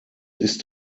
ist